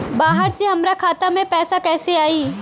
बाहर से हमरा खाता में पैसा कैसे आई?